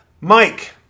Mike